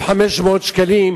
1,500 שקלים.